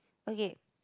okay